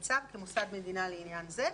בצו כמוסד מדינה לעניין זה."